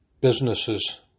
businesses